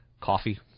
coffee